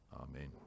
Amen